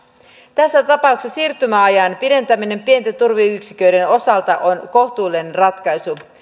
tässä tapauksessa siirtymäajan pidentäminen pienten turveyksiköiden osalta on kohtuullinen ratkaisu